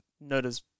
notice